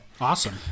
Awesome